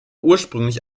ursprünglich